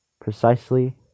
Precisely